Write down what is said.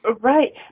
Right